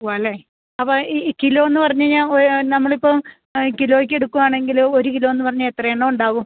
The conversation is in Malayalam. ഉവ്വാല്ലെ അപ്പം ഈ ഈ കിലോ എന്ന് പറഞ്ഞ് കഴിഞ്ഞാൽ ഒരു നമ്മൾ ഇപ്പോൾ കിലോയ്ക്ക് എടുക്കുവാണെങ്കിൽ ഒര് കിലോ എന്ന് പറഞ്ഞാൽ എത്രയെണ്ണം ഉണ്ടാകും